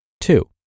Two